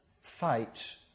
fight